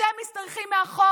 אתם משתרכים מאחור,